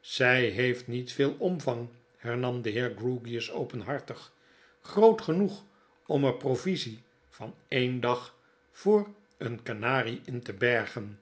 zij heeft niet veel omvang hernamdeheer grewgious openhartig groot genoeg om er provisie van een dag voor een kanarie in te bergen